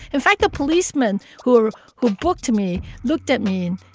in fact, the policeman who were who booked me looked at me,